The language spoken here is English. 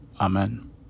Amen